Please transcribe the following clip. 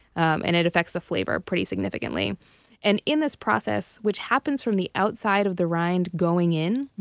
and it affects the flavor pretty significantly and in this process, which happens from the outside of the rind going in,